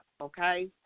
okay